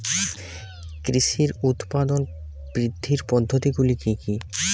কৃষির উৎপাদন বৃদ্ধির পদ্ধতিগুলি কী কী?